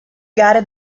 gare